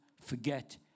forget